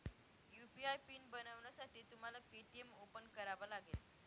UPI PIN बनवण्यासाठी तुम्हाला Paytm open करावा लागेल